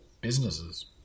businesses